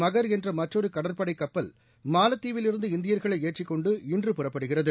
மகர் என்ற மற்றொரு கடற்படை கப்பல் மாலத்தீவில் இருந்து இந்தியர்களை ஏற்றிக்கொண்டு இன்று புறப்படுகிறது